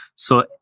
so,